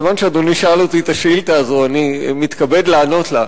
כיוון שאדוני שאל אותי את השאלה הזאת אני מתכבד לענות עליה,